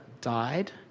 died